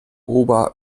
ober